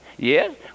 Yes